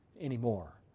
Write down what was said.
anymore